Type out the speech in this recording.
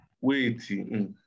wait